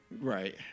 right